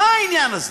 מה העניין הזה?